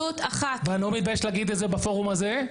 ואני לא מתבייש להגיד את זה בפורום הזה,